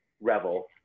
revel